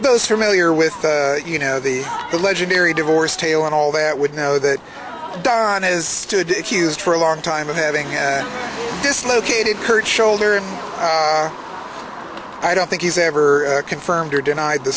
those familiar with you know the the legendary divorce tale and all that would know that don is good excuse for a long time of having dislocated hurt shoulder and i don't think he's ever confirmed or denied the